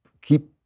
keep